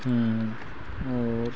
हाँ और